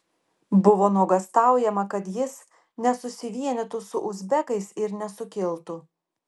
buvo nuogąstaujama kad jis nesusivienytų su uzbekais ir nesukiltų